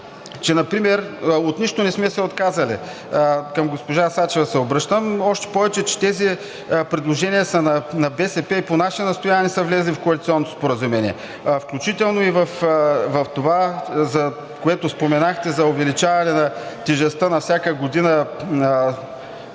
неща, например от нищо не сме се отказали, към госпожа Сачева се обръщам, още повече, че тези предложения са на БСП и по наше настояване са влезли в Коалиционното споразумение, включително и в това, което споменахте – за увеличаване тежестта на всяка година